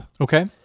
Okay